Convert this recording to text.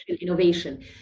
innovation